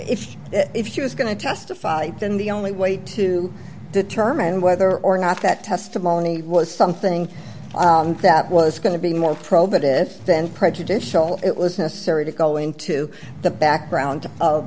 if if she was going to testify and the only way to determine whether or not that testimony was something that was going to be more probative then prejudicial it was necessary to go into the background of